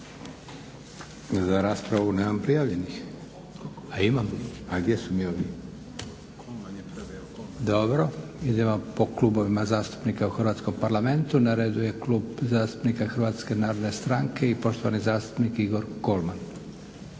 Za raspravu nemam prijavljenih. A imam? A gdje su mi ovi? Dobro. Imamo po klubovima zastupnika u Hrvatskom parlamentu. Na redu je Klub zastupnika HNS-a i poštovani zastupnik Igor Kolman.